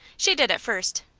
she did at first,